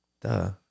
duh